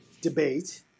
debate